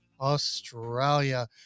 australia